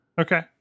Okay